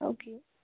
okay